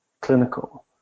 clinical